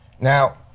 Now